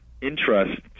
interest